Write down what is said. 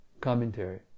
Commentary